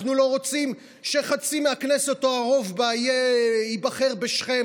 אנחנו לא רוצים שחצי מהכנסת או הרוב בה ייבחר בשכם,